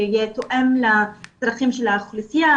שיהיה תואם לצרכים של האוכלוסייה,